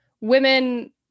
women